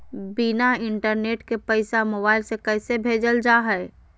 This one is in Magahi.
बिना इंटरनेट के पैसा मोबाइल से कैसे भेजल जा है?